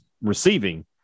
receiving